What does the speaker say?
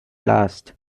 last